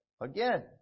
Again